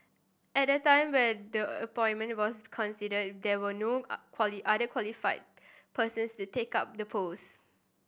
at the time when the appointment was considered there were no other qualified persons to take up the post